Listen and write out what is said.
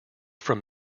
from